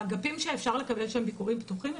באגפים שאפשר לקבל שם ביקורים פתוחים,